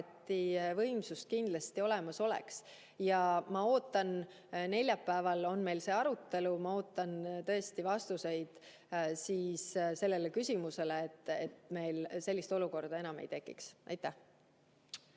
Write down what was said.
võimsust kindlasti olemas oleks. Neljapäeval on meil see arutelu ja ma ootan vastuseid sellele küsimusele, et meil sellist olukorda enam ei tekiks. Aitäh!